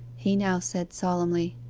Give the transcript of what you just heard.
he now said solemnly,